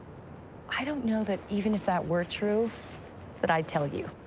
i don't know that even if that were true that i'd tell you.